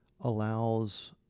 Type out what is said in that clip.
allows